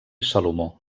salomó